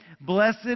blessed